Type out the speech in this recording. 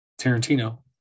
Tarantino